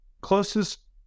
Closest